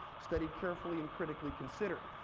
studied carefully, and critically considered.